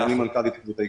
אני מנכ"ל התאחדות האיכרים.